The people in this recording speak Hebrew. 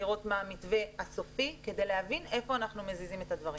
לראות מה המתווה הסופי כדי להבין איפה אנחנו מזיזים את הדברים.